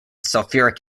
sulfuric